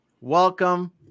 welcome